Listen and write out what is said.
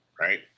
right